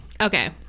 Okay